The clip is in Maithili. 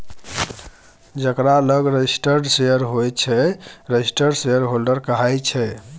जकरा लग रजिस्टर्ड शेयर होइ छै रजिस्टर्ड शेयरहोल्डर कहाइ छै